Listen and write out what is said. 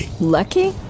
lucky